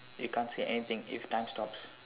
you can't see anything if time stops